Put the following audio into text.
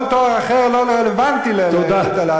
כל תואר אחר לא רלוונטי להעסקתו.